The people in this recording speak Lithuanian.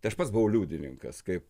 tai aš pats buvau liudininkas kaip